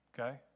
Okay